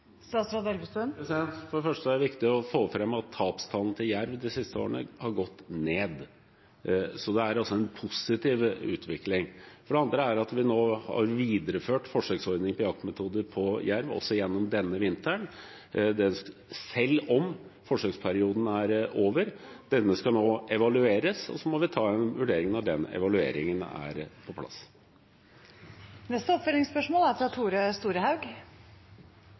For det første er det viktig å få fram at tapstallene til jerv de siste årene har gått ned. Så det er en positiv utvikling. Det andre er at vi har videreført forsøksordningen for jaktmetoder på jerv, også gjennom denne vinteren, selv om forsøksperioden er over. Denne skal nå evalueres, og så må vi ta en vurdering når den evalueringen er på plass. Tore Storehaug – til oppfølgingsspørsmål. Det er